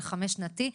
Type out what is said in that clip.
תוכנית חמש-שנתית.